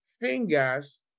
Fingers